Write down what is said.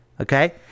okay